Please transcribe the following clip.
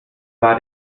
war